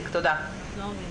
שלומי,